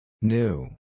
New